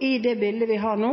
I det bildet vi har nå,